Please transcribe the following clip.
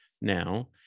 now